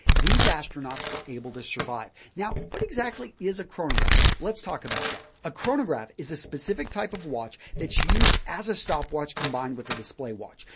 these astronauts were able to survive. now, what exactly is a chronograph? let's talk about that. a chronograph is a specific type of watch that's used as a stopwatch combined with a display watch.